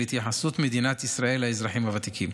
התייחסות מדינת ישראל לאזרחים הוותיקים.